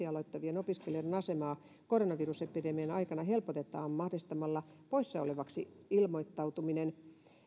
aloittavien opiskelijoiden asemaa koronavirusepidemian aikana helpotetaan mahdollistamalla poissa olevaksi ilmoittautuminen